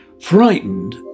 frightened